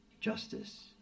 justice